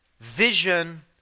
vision